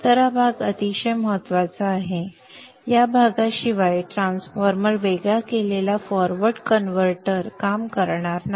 तर हा भाग अतिशय महत्त्वाचा आहे या भागाशिवाय हा ट्रान्सफॉर्मर वेगळा केलेला फॉरवर्ड कन्व्हर्टर काम करणार नाही